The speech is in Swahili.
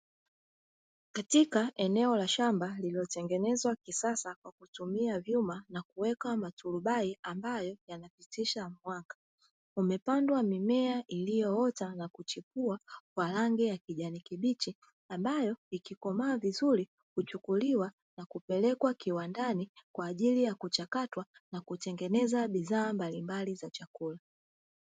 Katika eneo la shamba lililotengenezwa kisasa kwa kutumia vyuma na kuwekwa maturubai ambayo yanapitisha mwanga. Umepandwa mimea iliyoota na kuchipua kwa rangi ya kijani kibichi; ambayo ikikomaa vizuri huchukuliwa na kupelekwa kiwandani kwa ajili ya kuchakatwa na kutengeneza bidhaa mbalimbali za chakula.